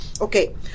Okay